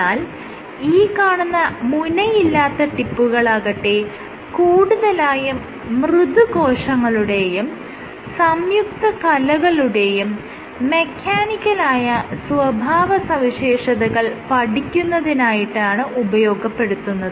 എന്നാൽ ഈ കാണുന്ന മുനയില്ലാത്ത ടിപ്പുകളാകട്ടെ കൂടുതലായും മൃദു കോശങ്ങളുടെയും സംയുക്ത കലകളുടെയും മെക്കാനിക്കലായ സ്വഭാവ സവിശേഷതകൾ പഠിക്കുന്നതിനായിട്ടാണ് ഉപയോഗപ്പെടുത്തുന്നത്